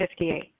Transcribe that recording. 58